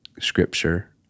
scripture